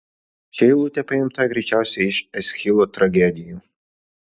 ši eilutė paimta greičiausiai iš eschilo tragedijų